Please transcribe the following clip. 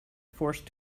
forced